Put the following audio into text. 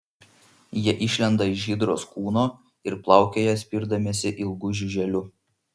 jie išlenda iš hidros kūno ir plaukioja spirdamiesi ilgu žiuželiu